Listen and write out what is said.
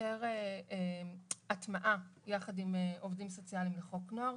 יותר הטמעה יחד עם עובדים סוציאליים לחוק נוער,